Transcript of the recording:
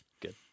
good